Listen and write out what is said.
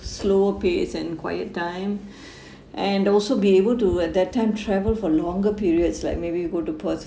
slow pace and quiet time and also be able to at that time travel for longer periods like maybe you go to perth